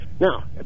Now